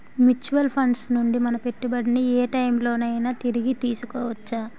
Mutual funds నుండి మన పెట్టుబడిని ఏ టైం లోనైనా తిరిగి తీసుకోవచ్చా?